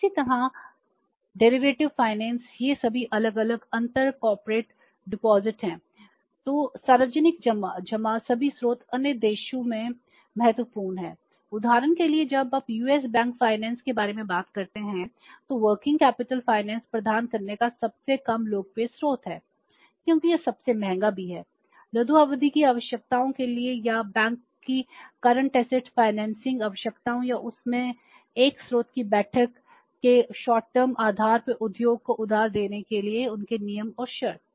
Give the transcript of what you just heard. इसी तरह derivative finance आधार पर उद्योग को उधार देने के लिए उनके नियम और शर्तें